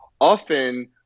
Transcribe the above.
often